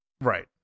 right